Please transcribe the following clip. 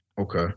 Okay